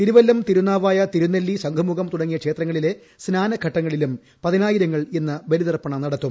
തിരുവല്ലം തിരുനാവായ തിരുനെല്ലി ശംഖുമുഖം തുടങ്ങിയ ക്ഷേത്രങ്ങളിലെ സ്നാനഘട്ടങ്ങളിലും പതിനായിരങ്ങൾ ഇന്ന് ബലിതർപ്പണം നടത്തും